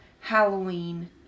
Halloween